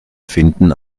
finden